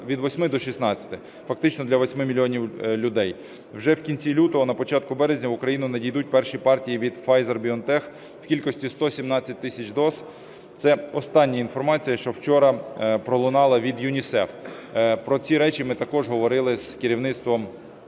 від 8 до 16, фактично для 8 мільйонів людей. Вже в кінці лютого, на початку березня в Україну надійдуть перші партії від Pfizer/BioNTech в кількості 117 тисяч доз. Це остання інформація, що вчора пролунала від ЮНІСЕФ. Про ці речі ми також говорили з керівництвом